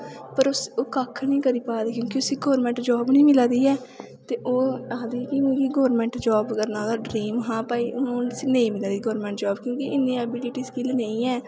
पर ओह् ओह् कक्ख निं करी पा दी क्योंकि उसी गौरमैंट जाब निं मिला दी ऐ ते ओह् आखदी कि मिगी गौरमैंट जाब करना ओह्दा ड्रीम हा पर हून नेईं मिला दी गौरमैंट जाब क्योंकि इन्नी ऐबिलिटी स्किल नेईं ऐ